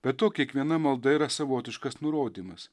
be to kiekviena malda yra savotiškas nurodymas